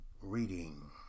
Reading